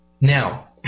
Now